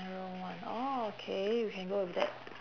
scenario one orh okay we can go with that